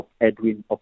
Edwin